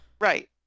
Right